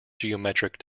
geometric